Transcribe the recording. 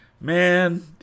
man